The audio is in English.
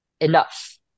enough